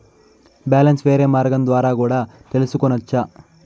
Balance వేరే మార్గం ద్వారా కూడా తెలుసుకొనొచ్చా?